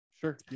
Sure